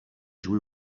joué